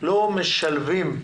לא משלבים?